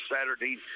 Saturday